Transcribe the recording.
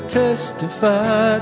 testify